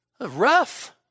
Rough